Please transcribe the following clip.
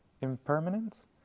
impermanence